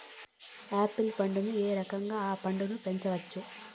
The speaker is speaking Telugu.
ఆపిల్ పంటను ఏ రకంగా అ పంట ను పెంచవచ్చు?